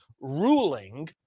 ruling